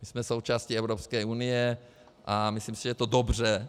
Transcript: Jsme součástí Evropské unie a myslím si, že to je dobře.